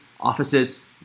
Offices